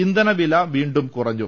ഇന്ധനവില വീണ്ടും കുറഞ്ഞു